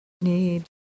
need